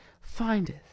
findeth